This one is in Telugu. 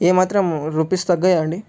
ఏ మాత్రం రూపీస్ తగ్గవా అండి